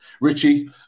Richie